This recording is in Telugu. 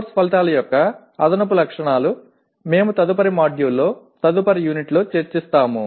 కోర్సు ఫలితాల యొక్క అదనపు లక్షణాలు మేము తదుపరి మాడ్యూల్లో తదుపరి యూనిట్లో చర్చిస్తాము